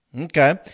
Okay